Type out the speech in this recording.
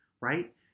Right